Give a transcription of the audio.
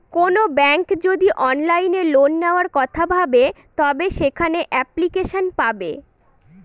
কোনো ব্যাঙ্ক যদি অনলাইনে লোন নেওয়ার কথা ভাবে তবে সেখানে এপ্লিকেশন পাবে